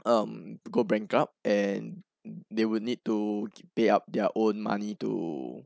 um go bankrupt and they will need to pay up their own money to